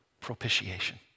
propitiation